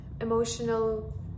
emotional